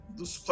dos